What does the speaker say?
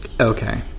Okay